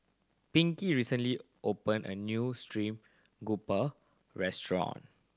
Pinkie recently opened a new stream grouper restaurant